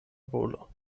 volo